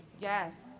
Yes